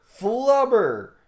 Flubber